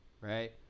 right